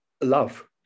love